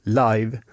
live